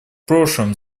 прошлом